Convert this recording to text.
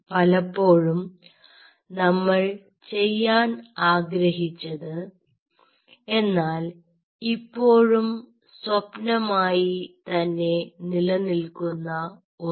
പലപ്പോഴും നമ്മൾ ചെയ്യാൻ ആഗ്രഹിച്ചത് എന്നാൽ ഇപ്പോഴും സ്വപ്നമായി തന്നെ നിലനിൽക്കുന്ന ഒന്ന്